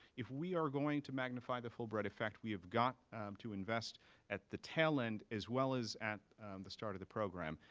if we are going to magnify the fulbright effect, we have got to invest at the tail end, as well as at the start of the program.